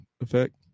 effect